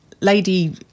Lady